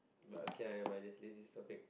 but okay lah never let's just leave this topic